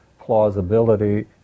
plausibility